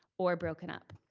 or broken up.